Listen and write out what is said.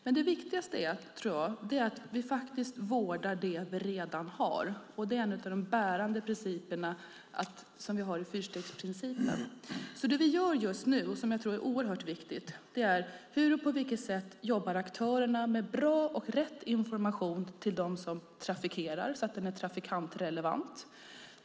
Men jag tror att det viktigaste är att vi faktiskt vårdar det som vi redan har. Det är en av de bärande principerna som vi har enligt fyrstegsprincipen. Det som vi gör just nu och som jag tror är oerhört viktigt är följande: Hur och på vilket sätt jobbar aktörerna med bra och rätt information till dem som trafikerar så att den är trafikantrelevant?